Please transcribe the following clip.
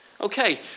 Okay